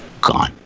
gone